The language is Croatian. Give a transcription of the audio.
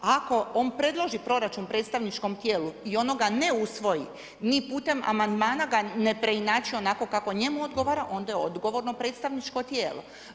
Ako on predloži proračun predstavničkom tijelu i ono ga ne usvoji, ni putem amandmana ga ne preinači onako kako njemu odgovara onda je odgovorno predstavničko tijelo.